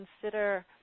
consider